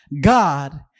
God